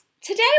Today